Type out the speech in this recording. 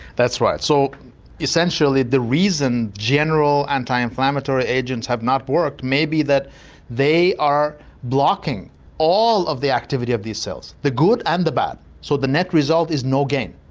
that's right, so essentially the reason general anti-inflammatory agents have not worked may be that they are blocking all of the activity of these cells, the good and the bad. so the net result is no gain,